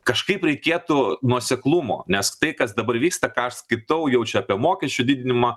kažkaip reikėtų nuoseklumo nes tai kas dabar vyksta ką aš skaitai jau čia apie mokesčių didinimą